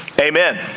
Amen